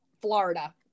Florida